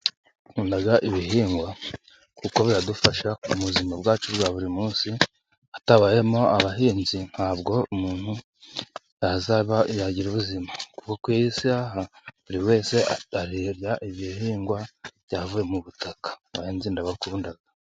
Nkunda ibihingwa kuko biradufasha mu buzima bwacu bwa buri munsi. Hatabayemo abahinzi nta bwo umuntu yazaba yagira ubuzima. Kuko kuri iyi saha, buri wese arya ibihingwa byavuye mu butaka. Abahinzi ndabakunda.